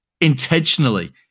intentionally